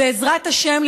בעזרת השם,